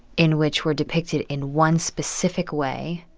in which we're depicted in one specific way.